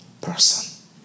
person